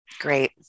Great